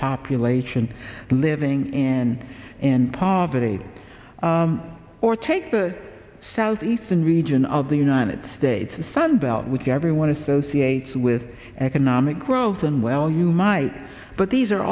population living in poverty or take the side eastern region of the united states the sun belt with everyone associates with economic growth and well you might but these are